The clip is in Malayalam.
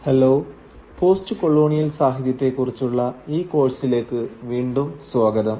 ഹലോ പോസ്റ്റ് കൊളോണിയൽ സാഹിത്യത്തെക്കുറിച്ചുള്ള ഈ കോഴ്സിലേക്ക് വീണ്ടും സ്വാഗതം